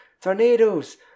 tornadoes